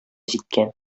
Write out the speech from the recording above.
җиткән